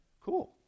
cool